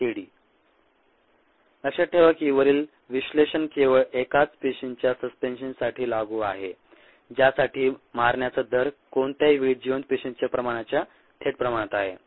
लक्षात ठेवा की वरील विश्लेषण केवळ एकाच पेशींच्या ससपेन्शनसाठी लागू आहे ज्यासाठी मारण्याचा दर कोणत्याही वेळी जिवंत पेशींच्या प्रमाणाच्या थेट प्रमाणात आहे